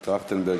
טרכטנברג,